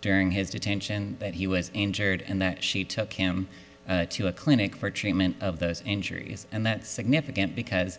during his detention that he was injured and that she took him to a clinic for treatment of the injuries and that's significant because